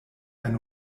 eine